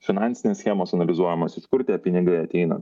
finansinės schemos analizuojamos iš kur tie pinigai ateina